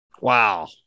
Wow